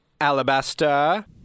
Alabaster